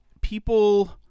people